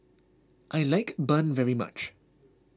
I like Bun very much